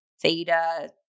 Theta